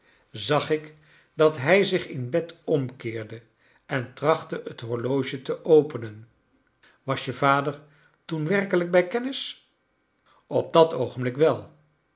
zag ik dat hij zich in bed omkeerde en trachtte bet horloge te openen ws je vader toen werkelijk bij kennis op dat oogenblik wel